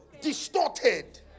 distorted